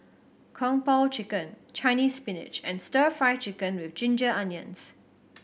Kung Po Chicken Chinese Spinach and Stir Fry Chicken with ginger onions